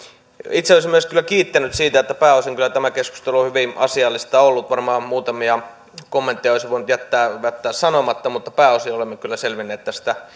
itse olisin myös kyllä kiittänyt siitä että pääosin kyllä tämä keskustelu on hyvin asiallista ollut varmaan muutamia kommentteja olisi voinut jättää jättää sanomatta mutta pääosin olemme kyllä selvinneet tästä